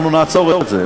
אנחנו נעצור את זה,